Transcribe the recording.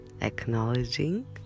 acknowledging